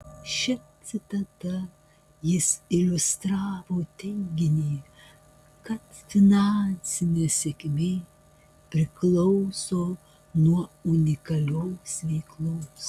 šia citata jis iliustravo teiginį kad finansinė sėkmė priklauso nuo unikalios veiklos